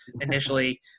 initially